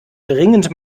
dringend